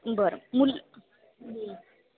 बरं मुल